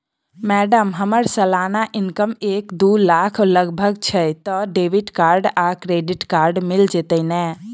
Madam हम्मर सलाना income एक दु लाख लगभग छैय तऽ डेबिट कार्ड आ क्रेडिट कार्ड मिल जतैई नै?